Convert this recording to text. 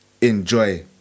enjoy